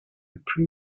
pray